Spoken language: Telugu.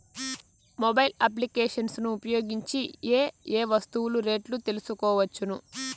మొబైల్ అప్లికేషన్స్ ను ఉపయోగించి ఏ ఏ వస్తువులు రేట్లు తెలుసుకోవచ్చును?